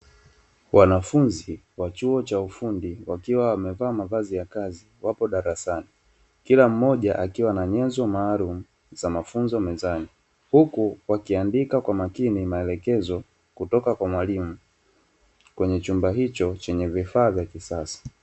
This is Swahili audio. Wanafunzi wa chuo cha ufundi waliovalia mavazi ya kazi wapo darasani kila mmoja akiwa na nyenzo maalum za mafunzo mezani, huku wakiandika kwa makini maelekezo kutoka kwa mwalimu kwenye chumba hicho chenye vifaa vya kisasa.